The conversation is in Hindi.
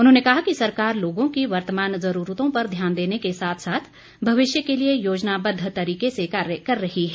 उन्होंने कहा कि सरकार लोगों की वर्तमान ज़रूरतों पर ध्यान देने के साथ साथ भविष्य के लिए योजनाबद्ध तरीके से कार्य कर रही है